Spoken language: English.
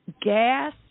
gas